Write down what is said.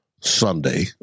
Sunday